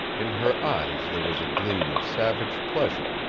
in her eyes there was a gleam of savage pleasure.